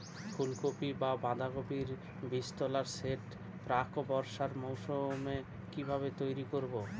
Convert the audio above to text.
ফুলকপি বা বাঁধাকপির বীজতলার সেট প্রাক বর্ষার মৌসুমে কিভাবে তৈরি করব?